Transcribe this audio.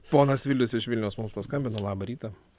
ponas vilius iš vilniaus mums paskambino labą rytą